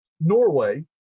Norway